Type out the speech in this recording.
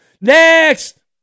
Next